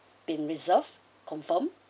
been reserve confirmed